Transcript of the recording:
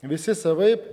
visi savaip